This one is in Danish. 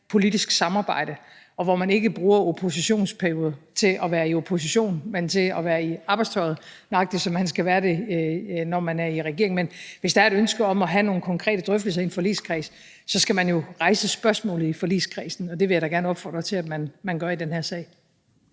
politisk samarbejde, og hvor man ikke bruger oppositionsperioder til at være i opposition, men til at være i arbejdstøjet, nøjagtig som man skal være det, når man er i regering. Men hvis der er et ønske om at have nogle konkrete drøftelser i en forligskreds, skal man jo rejse spørgsmålet i forligskredsen, og det vil da gerne opfordre til man gør i den her sag.